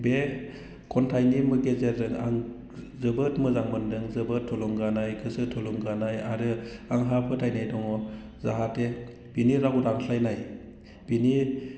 बे खन्थाइनि गेजेरजों आं जोबोद मोजां मोनदों जोबोद थुलुंगानाय गोसो थुलुंगानाय आरो आंहा फोथायनाय दङ जाहाथे बेनि राव दानस्लायनाय बेनि